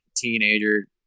Teenager